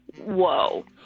whoa